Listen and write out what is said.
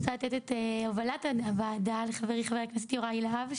רוצה לתת את הובלת הועדה לחברי חבר הכנסת יוראי להב,